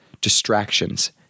distractions